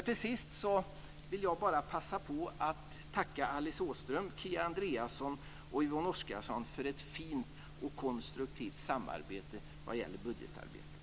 Till sist vill jag bara passa på att tacka Alice Åström, Kia Andreasson och Yvonne Oscarsson för ett fint och konstruktivt samarbete när det gäller budgetarbetet.